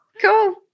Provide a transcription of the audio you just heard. Cool